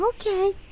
Okay